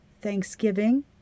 thanksgiving